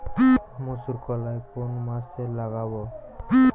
মুসুর কলাই কোন মাসে লাগাব?